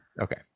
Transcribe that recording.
Okay